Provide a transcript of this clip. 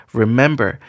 remember